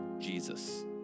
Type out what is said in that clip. Jesus